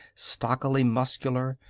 stockily muscular,